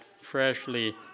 freshly